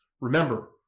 Remember